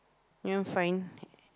you know fine